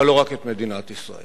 אבל לא רק את מדינת ישראל.